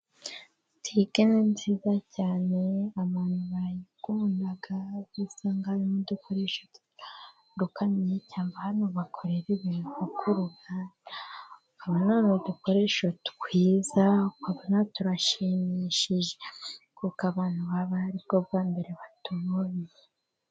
Butike ni nziza cyane abantu barayikunda, kuko usanga harimo udukoresho dutandukanye, cyamba ahantu bakorera ibintu ho ku ruganda, ukabona ni udukoresho twiza, turashimishije kuko abantu baba ari bwo bwa mbere batubonye.